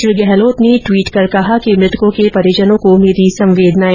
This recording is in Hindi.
श्री गहलोंत ने ट्वीट कर कहा कि मृतकों के परिजनों को मेरी संवेदनाए